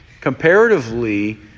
Comparatively